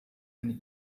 eine